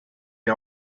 die